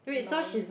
lol